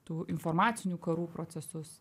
tų informacinių karų procesus